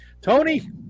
tony